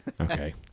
Okay